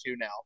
now